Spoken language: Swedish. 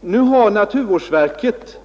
Nu har naturvårdsverket